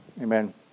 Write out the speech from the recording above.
Amen